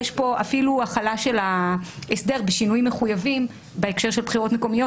יש פה אפילו החלה של ההסדר בשינויים מחויבים בהקשר של בחירות מקומיות.